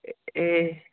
এই